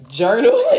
journal